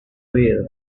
oviedo